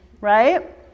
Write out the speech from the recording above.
right